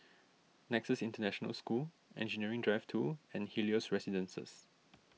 Nexus International School Engineering Drive two and Helios Residences